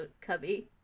cubby